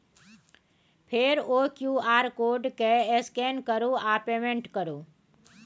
फेर ओ QR code केँ स्कैन करु आ पेमेंट करु